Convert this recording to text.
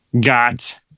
Got